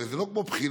הרי זה לא כמו בחינה,